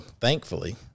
thankfully